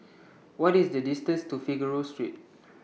What IS The distance to Figaro Street